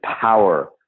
power